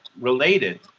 related